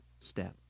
step